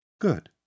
Good